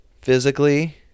physically